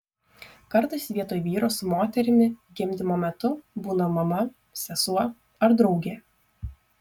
kartais vietoj vyro su moterimi gimdymo metu būna mama sesuo ar draugė